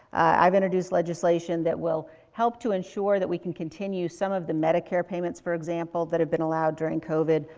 i've introduced legislation that will help to ensure that we can continue some of the medicare payments, for example, that have been allowed during covid,